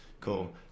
Cool